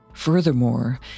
Furthermore